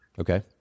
Okay